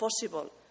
possible